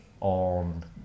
on